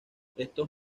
estos